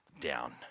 down